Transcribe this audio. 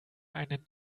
einen